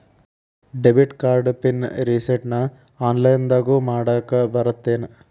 debit card PIN ರಿಸೆಟ್ನ ಆನ್ಲೈನ್ದಗೂ ಮಾಡಾಕ ಬರತ್ತೇನ್